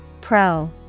Pro